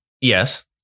Yes